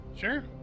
sure